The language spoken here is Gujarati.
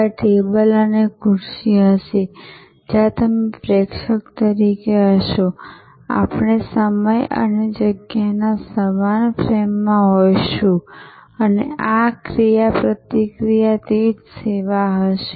ત્યાં ટેબલ અને ખુરશીઓ હશે જ્યાં તમે પ્રેક્ષક તરીકે હશો આપણે સમય અને જગ્યાના સમાન ફ્રેમમાં હોઈશું અને આ ક્રિયાપ્રતિક્રિયા તે જ સેવા થશે